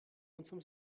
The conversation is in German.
unserem